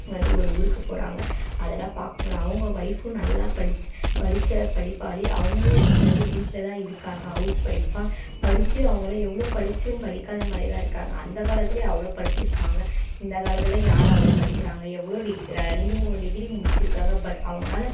வந்து ஒரு ஊருக்கு போகிறாங்க அதெல்லாம் பார்க்கப் போனால் அவங்க ஒய்ஃபும் நல்லா படித்து படிச்ச படிப்பாளி அவங்களும் இன்றைக்கி வந்து வீட்டில் தான் இருக்காங்கள் ஹவுஸ் ஒய்ஃபா படித்து அவங்களாம் எவ்வளோ படிச்சும் படிக்காத மாதிரிதான் இருக்காங்க அந்த காலத்தில் அவ்வளோ படிச்சுருக்காங்க இந்த காலத்தில் யாரு அவ்வளோ படிக்கிறாங்க எவ்வளோ டிகி ரெண்டு மூணு டிகிரி முடிச்சுருக்காங்க பட் அவங்கனால